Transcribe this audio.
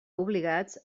obligats